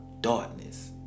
darkness